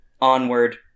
onward